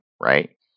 right